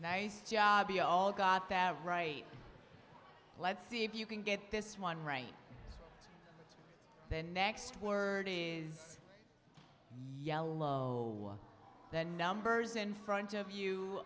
nice job y'all got that right let's see if you can get this one right the next word is yellow the numbers in front of you